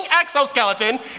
exoskeleton